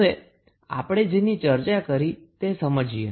હવે આપણે જેની ચર્ચા કરી તે સમજીએ